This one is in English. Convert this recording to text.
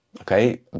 Okay